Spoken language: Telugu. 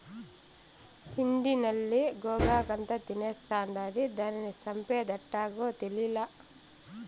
పిండి నల్లి గోగాకంతా తినేస్తాండాది, దానిని సంపేదెట్టాగో తేలీలా